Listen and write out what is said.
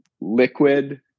Liquid